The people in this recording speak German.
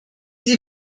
sie